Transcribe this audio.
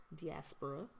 Diaspora